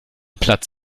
platz